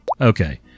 Okay